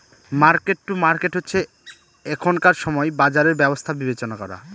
market to market হচ্ছে এখনকার সময় বাজারের ব্যবস্থা বিবেচনা করা